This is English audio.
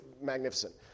magnificent